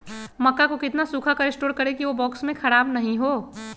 मक्का को कितना सूखा कर स्टोर करें की ओ बॉक्स में ख़राब नहीं हो?